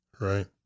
Right